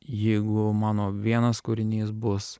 jeigu mano vienas kūrinys bus